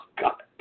god